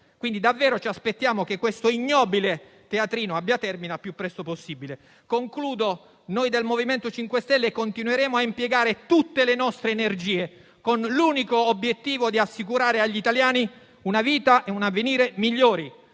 Ci aspettiamo pertanto che questo ignobile teatrino abbia davvero termine al più presto possibile. In conclusione, noi del MoVimento 5 Stelle continueremo a impiegare tutte le nostre energie con l'unico obiettivo di assicurare agli italiani una vita e un avvenire migliori.